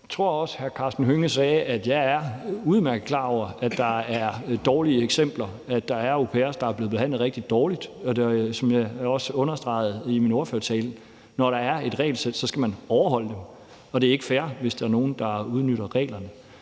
det, og jeg er udmærket klar over, at der er dårlige eksempler. Der er au pairer, der er blevet behandlet rigtig dårligt, og som jeg også understregede i min ordførertale, skal man, når der er et regelsæt, overholde det, og det er ikke fair, hvis der er nogen, der udnytter reglerne